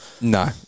No